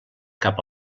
cap